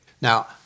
Now